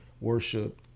worship